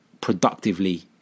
productively